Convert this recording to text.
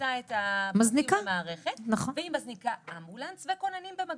מכניסה את הפנייה במערכת והיא מזניקה אמבולנס וכוננים במקביל.